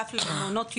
לאגף למעונות יום,